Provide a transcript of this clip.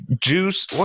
juice